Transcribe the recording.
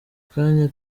kanya